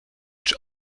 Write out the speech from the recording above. czy